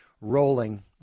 rolling